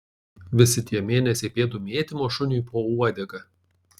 visi tie mėnesiai pėdų mėtymo šuniui po uodega